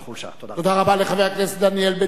תודה רבה לחבר הכנסת דניאל בן-סימון.